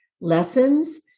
lessons